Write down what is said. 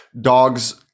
dogs